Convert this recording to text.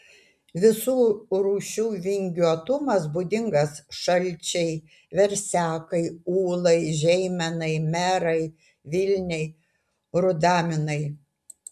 visų rūšių vingiuotumas būdingas šalčiai versekai ūlai žeimenai merai vilniai rudaminai